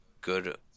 good